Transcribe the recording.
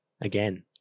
again